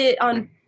on